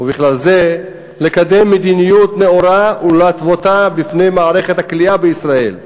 ובכלל זה לקדם מדיניות נאורה ולהתוותה בפני מערכת הכליאה בישראל,